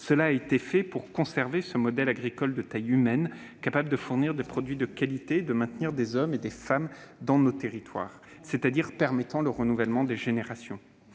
de l'agriculture, de conserver un modèle agricole de taille humaine, capable de fournir des produits de qualité et de maintenir des hommes et des femmes dans nos territoires, donc permettant le renouvellement des générations.